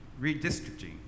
redistricting